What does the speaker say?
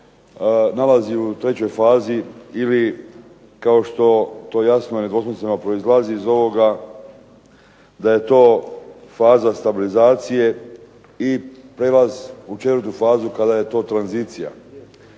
nalazi u 3. fazi ili kao što to jasno, nedvosmisleno proizlazi iz ovoga da je to faza stabilizacije i prijelaz u 4. fazu kada je to tranzicija.